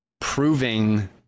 proving